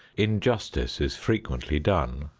injustice is frequently done.